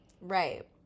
Right